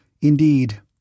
Indeed